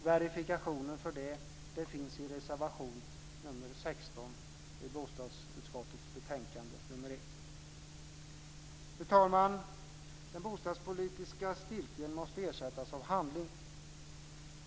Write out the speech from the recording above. Verifikationen för det finns i reservation nr 16 i bostadsutskottets betänkande nr 1. Fru talman! Den bostadspolitiska stiltjen måste ersättas av handling.